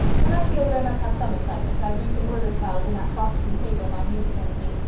when i feel that i must have some excitement i read the murder trials in that boston paper my niece sends me.